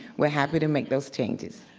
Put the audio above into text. we're happy to make those changes.